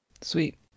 Sweet